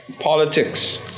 politics